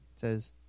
says